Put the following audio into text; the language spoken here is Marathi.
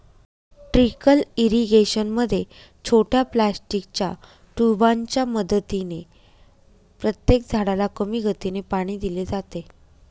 ट्रीकल इरिगेशन मध्ये छोट्या प्लास्टिकच्या ट्यूबांच्या मदतीने प्रत्येक झाडाला कमी गतीने पाणी दिले जाते